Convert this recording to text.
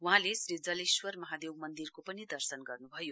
वहाँले श्री जलेश्वर महादेव मन्दिरको पनि दर्शन गर्नुभयो